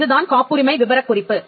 இதுதான் காப்புரிமை விபரக்குறிப்பு